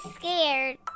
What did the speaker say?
scared